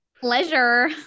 pleasure